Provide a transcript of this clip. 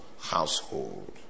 household